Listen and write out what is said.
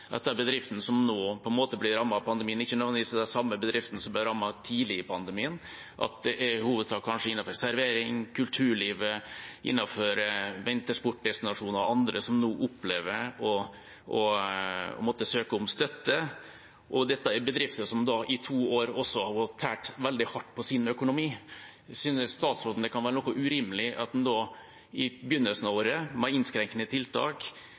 som nå blir rammet av pandemien, ikke nødvendigvis er de samme bedriftene som ble rammet tidlig i pandemien, at det i hovedsak kanskje er bedrifter innenfor servering, kulturliv, vintersportdestinasjoner og annet som nå opplever å måtte søke om støtte? Dette er bedrifter som i to år også har tært veldig hardt på sin økonomi. Synes statsråden det kan være noe urimelig at en i begynnelsen av året, med innskrenkende tiltak,